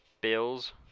Bills